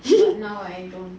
now I don't